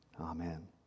Amen